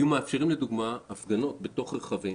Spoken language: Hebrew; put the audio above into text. היו מאפשרים, לדוגמה, הפגנות בתוך רכבים